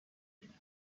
ببینند